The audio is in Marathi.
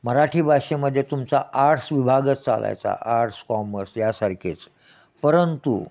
मराठी भाषेमध्ये तुमचा आर्ट्स विभागाच चालायचा आर्ट्स कॉमर्स यासारखेच परंतु